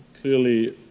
clearly